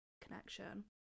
connection